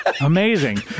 Amazing